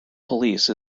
police